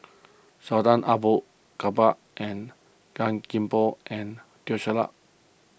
Sultan Abu Bakar and Gan Thiam Poh and Teo Ser Luck